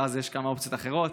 ואז יש כמה אופציות אחרות,